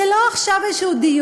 זה לא עכשיו איזה דיון: